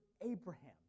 Abraham